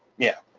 yeah,